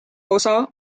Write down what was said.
osa